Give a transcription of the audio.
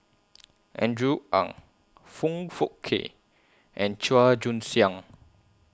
Andrew Ang Foong Fook Kay and Chua Joon Siang